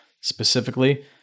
specifically